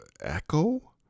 echo